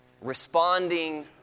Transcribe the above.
Responding